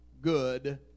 good